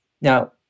Now